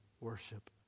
worship